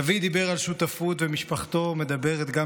דוד דיבר על שותפות ומשפחתו מדברת על שותפות,